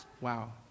Wow